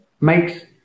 makes